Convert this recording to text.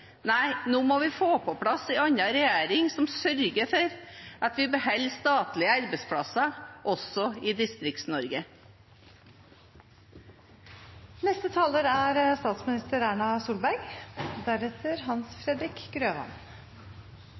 Nei, nå må vi få på plass en annen regjering som sørger for at vi beholder statlige arbeidsplasser også i